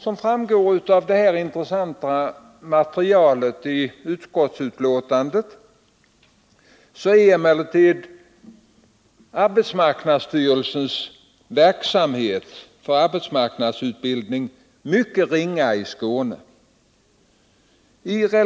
Som framgår av det intressanta materialet i utskottsbetänkandet är emellertid arbetsmarknadsstyrelsens verksamhet för arbetsmarknadsutbildning mycket ringa i Skåne.